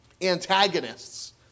Antagonists